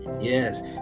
Yes